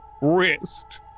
wrist